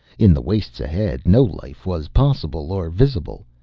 in the wastes ahead no life was possible or visible,